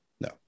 no